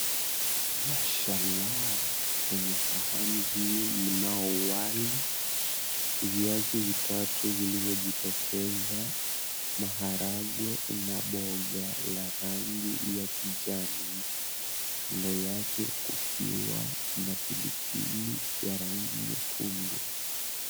Mashallah! Kwenye sahani hii mnao wali, viazi vitatu vilivyojitokeza, maharagwe na boga la rangi ya kijani, kando yake kukiwa na pilipili ya rangi nyekundu.